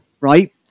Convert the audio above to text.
right